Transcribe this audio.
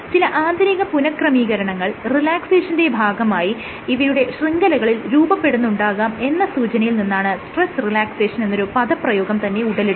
ചില ആന്തരിക പുനഃക്രമീകരണങ്ങൾ റിലാക്സേഷന്റെ ഭാഗമായി ഇവയുടെ ശൃംഖലകളിൽ രൂപപെടുന്നുണ്ടാകാം എന്ന സൂചനയിൽ നിന്നാണ് സ്ട്രെസ് റിലാക്സേഷൻ എന്നൊരു പദപ്രയോഗം തന്നെ ഉടലെടുക്കുന്നത്